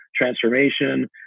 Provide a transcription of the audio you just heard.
transformation